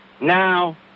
now